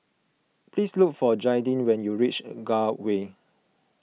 please look for Jaidyn when you reach Gul Way